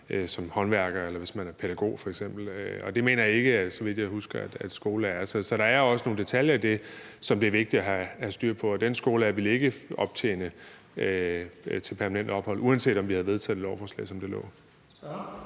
håndværker eller pædagog, skulle gøre det, og det mener jeg ikke, så vidt jeg husker, at skolelærere er i. Så der er også nogle detaljer i det, som det er vigtigt at have styr på, og den skole ville ikke optjene til permanent ophold, uanset om vi havde vedtaget det lovforslag, som det lå,